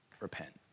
repent